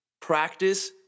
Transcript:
practice